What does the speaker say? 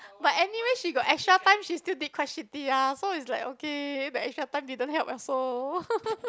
but anyway she got extra time she still did quite shitty ah so it's like okay the extra time didn't help also